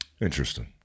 Interesting